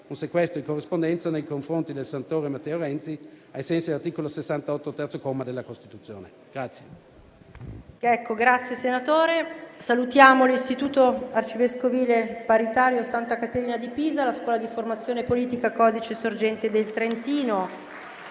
un sequestro di corrispondenza nei confronti del senatore Matteo Renzi, ai sensi dell'articolo 68, terzo comma, della Costituzione. **Saluto